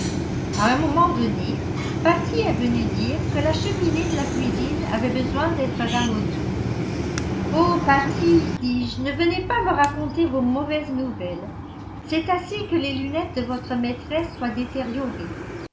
à un moment donné patty est venue dire que la cheminée de la cuisine avait besoin d'être ramonée oh patty dis-je ne venez pas me raconter vos mauvaises nouvelles c'est assez que les lunettes de votre maîtresse soient détériorées